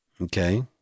Okay